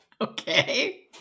Okay